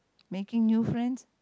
making new friends